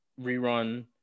rerun